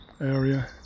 area